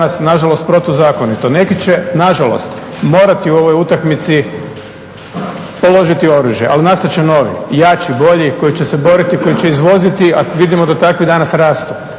nažalost protuzakonito. Neki će, nažalost morati u ovoj utakmici položiti oružje, ali nastati će novi i jači i bolji koji će se boriti, koji će izvoziti a vidimo da takvi danas rastu.